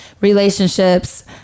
relationships